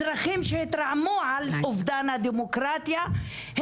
אזרחים שהתרעמו על אובדן הדמוקרטיה,